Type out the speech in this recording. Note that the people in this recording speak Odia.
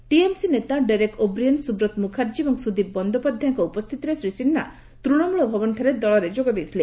ଟିଏମ୍ସି ନେତା ଡେରେକ୍ ଓବ୍ରିଏନ୍ ସୁବ୍ରତ ମୁଖାର୍ଜୀ ଏବଂ ସୁଦୀପ ବନ୍ଦୋପାଧ୍ୟାୟଙ୍କ ଉପସ୍ଥିତିରେ ଶ୍ରୀ ସିହ୍ନା ତୂଣମୂଳ ଭବନଠାରେ ଦଳରେ ଯୋଗ ଦେଇଥିଲେ